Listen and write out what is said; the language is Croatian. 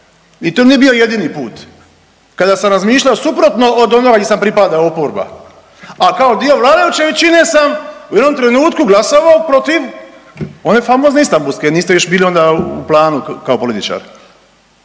i to nije bio jedini put kada sam razmišljao suprotno od onoga di sam pripadao, oporba, a kao dio vladajuće većine sam u jednom trenutku glasovao protiv one famozne Istambulske, niste još bili onda u planu kao političar